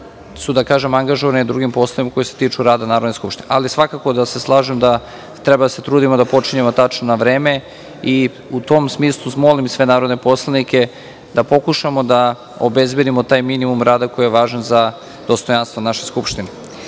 su da kažem angažovani na drugim poslovima koji se tiču rada Narodne skupštine. Svakako da se slažem da treba da se trudimo da počinjemo tačno na vreme i u tom smislu molim sve narodne poslanike da pokušamo da obezbedimo taj minimum rada koji je važan za dostojanstvo naše